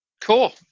Cool